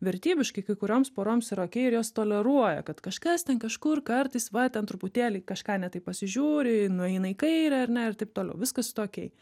vertybiškai kai kurioms poroms yra okey ir jos toleruoja kad kažkas ten kažkur kartais va ten truputėlį į kažką ne taip pasižiūri nueina į kairę ar ne ir taip toliau viskas su tuo okey